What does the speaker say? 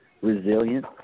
resilient